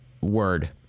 word